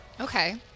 Okay